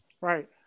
Right